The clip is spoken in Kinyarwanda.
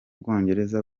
bwongereza